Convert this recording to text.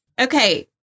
Okay